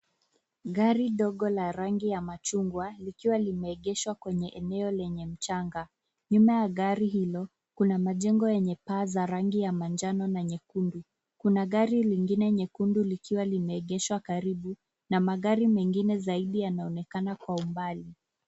Gari ndogo la rangi ya machungwa likiwa limeegeshwa kwenye eneo lenye mchanga. Nyuma ya gari hilo kuna majengo yenye paa za rangi ya manjano na nyekundu. Kuna gari lingine nyekundu likiwa limeegeshwa karibu na magari mengine zaidi yanaonekana kwa umbali.